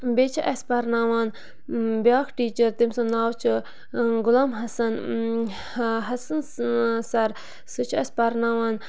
بیٚیہِ چھِ اَسہِ پَرناوان بیٛاکھ ٹیٖچَر تٔمۍ سُنٛد ناو چھُ غلام حَسَن حَسَن سَر سُہ چھِ اَسہِ پَرناوان